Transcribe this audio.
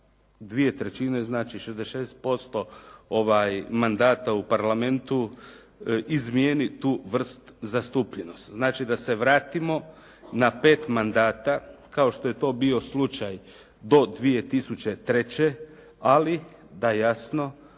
dvije trećine znači 66% mandata u parlamentu izmijeni tu vrst zastupljenosti. Znači da se vratimo na pet mandata kao što je to bio slučaj do 2003., ali da jasno